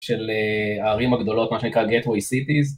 של הערים הגדולות, מה שנקרא gateway cities.